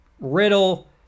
Riddle